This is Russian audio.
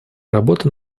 работа